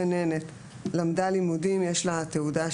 גננת שלמדה לימודים ויש לה תעודה,